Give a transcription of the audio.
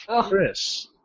Chris